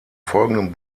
folgenden